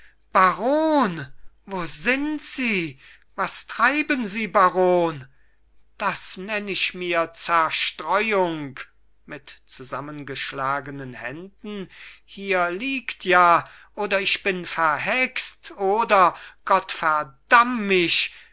wie sind sie was treiben sie baron das nenn ich mir zerstreuung mit zusammengeschlagenen händen hier liegt ja oder bin ich verhext oder gott verdamm mich